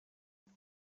john